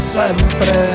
sempre